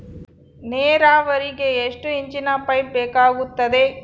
ನೇರಾವರಿಗೆ ಎಷ್ಟು ಇಂಚಿನ ಪೈಪ್ ಬೇಕಾಗುತ್ತದೆ?